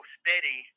steady